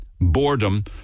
boredom